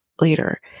later